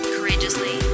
Courageously